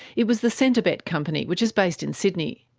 it was the centrebet company, which is based in sydney,